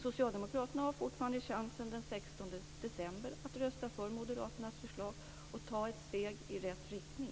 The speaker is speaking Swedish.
Socialdemokraterna har fortfarande chansen att den 16 december rösta för moderaternas förslag och ta ett steg i rätt riktning.